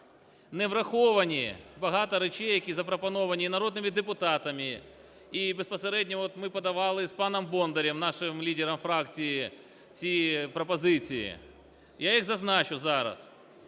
не враховані багато речей, які запропоновані і народними депутатами, і безпосередньо, от, ми подавали з паном Бондарем, нашим лідером фракції, ці пропозиції, я їх зазначу зараз.